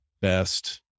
best